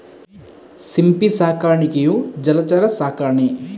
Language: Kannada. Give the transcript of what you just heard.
ಸಿಂಪಿ ಸಾಕಾಣಿಕೆಯು ಜಲಚರ ಸಾಕಣೆ